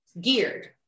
geared